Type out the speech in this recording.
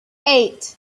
eight